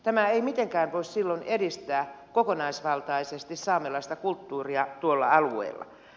tämä ei mitenkään voi silloin edistää kokonaisvaltaisesti saamelaista kulttuuria tuolla alueella